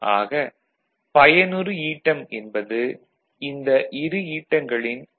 ஆக பயனுறு ஈட்டம் என்பது இந்த இரு ஈட்டங்களின் கூட்டுத்தொகை ஆகும்